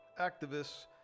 activists